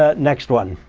ah next one.